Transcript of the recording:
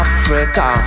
Africa